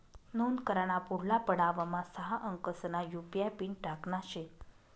नोंद कराना पुढला पडावमा सहा अंकसना यु.पी.आय पिन टाकना शे